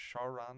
Sharon